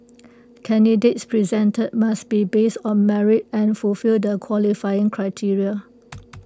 candidates presented must be based on merit and fulfill the qualifying criteria